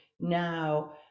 now